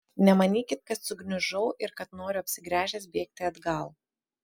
nemanykit kad sugniužau ir kad noriu apsigręžęs bėgti atgal